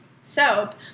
soap